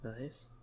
Nice